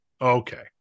okay